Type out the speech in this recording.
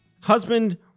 husband